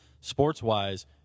Sports-wise